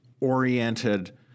Oriented